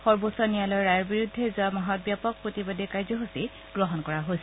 সৰ্বোচ্চ ন্যায়ালয়ৰ ৰায়ৰ বিৰুদ্ধে যোৱা মাহত ব্যাপক প্ৰতিবাদী কাৰ্যসূচী গ্ৰহণ কৰা হৈছিল